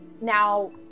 Now